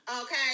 Okay